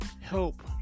help